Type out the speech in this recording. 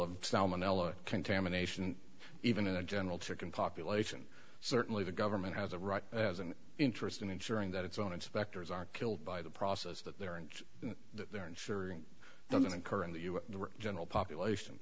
of salmonella contamination even in a general chicken population certainly the government has a right as an interest in ensuring that its own inspectors are killed by the process that they are and that they're ensuring doesn't occur in the u s the general population